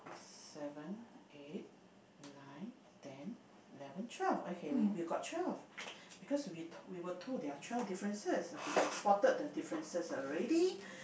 seven eight nine ten eleven twelve okay wait we got twelve because we told we were told there are twelve differences okay we spotted the differences already